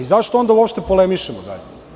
Zašto onda uopšte polemišemo dalje?